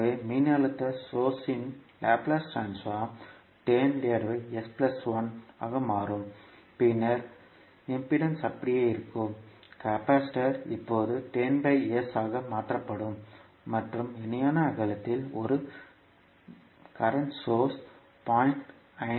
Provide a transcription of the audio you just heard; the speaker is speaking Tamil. எனவே மின்னழுத்த சோர்ஸ் யின் லாப்லேஸ் ட்ரான்ஸ்போர்ம் ஆக மாறும் பின்னர் எதிர்ப்புகள் அப்படியே இருக்கும் மின்தேக்கி இப்போது ஆக மாற்றப்படும் மற்றும் இணையான அகலத்தில் ஒரு மின்சார சோர்ஸ்யை 0